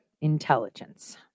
intelligence